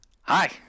Hi